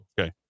okay